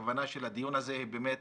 הכוונה של הדיון הזה היא באמת